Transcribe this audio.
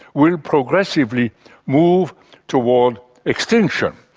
will progressively move towards extinction.